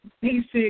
basic